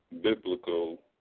biblical